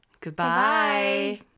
Goodbye